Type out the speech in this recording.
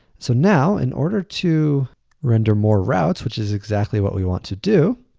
so, now in order to render more routes which is exactly what we want to do,